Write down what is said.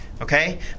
okay